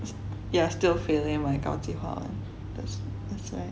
ya still failing my 高级华文